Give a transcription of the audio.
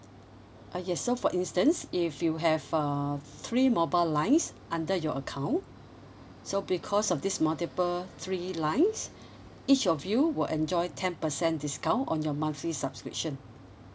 uh yes so for instance if you have uh three mobile lines under your account so because of this multiple three lines each of you will enjoy ten percent discount on your monthly subscription